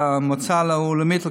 המועצה הלאומית לכלכלה.